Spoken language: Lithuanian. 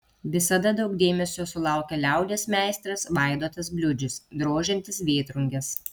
visada daug dėmesio sulaukia liaudies meistras vaidotas bliūdžius drožiantis vėtrunges